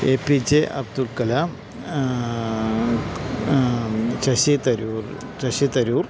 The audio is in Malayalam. A P J Abdul Kalam Shashi Tharoor Shashi Tharoor